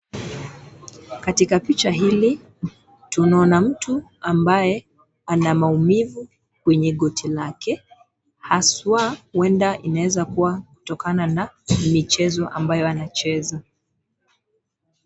Katika picha hili tunaona mtu ambaye ana maumivu kwenye goti lake haswa huenda inaweza kuwa kutokana na michezo ambayo anacheza.